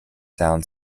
sound